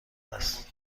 است